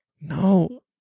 no